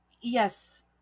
Yes